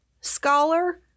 scholar